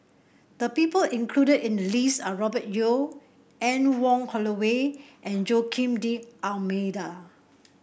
the people included in the list are Robert Yeo Anne Wong Holloway and Joaquim D'Almeida